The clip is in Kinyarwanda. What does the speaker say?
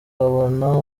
babona